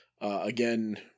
Again